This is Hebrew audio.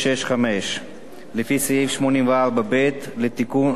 לפי סעיף 84(ב) לתקנון הכנסת.